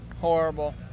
Horrible